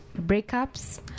breakups